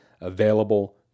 available